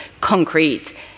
concrete